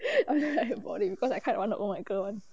I bought I cause I quite want the oh my god [one]